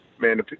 Man